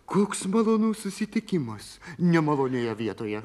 koks malonus susitikimas nemalonioje vietoje